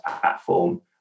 platform